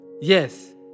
Yes